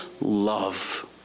love